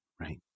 right